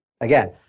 Again